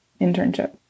internship